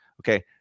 Okay